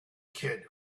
kid